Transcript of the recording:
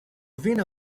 winner